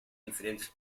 diferentes